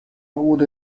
would